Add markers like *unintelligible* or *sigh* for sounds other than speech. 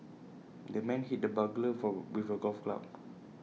the man hit the burglar *unintelligible* with A golf club